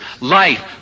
life